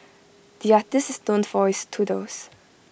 the artist is known for his doodles